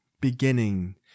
beginning